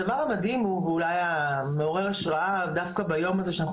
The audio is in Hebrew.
הדבר המדהים ואולי המעורר השראה דווקא ביום הזה שאנחנו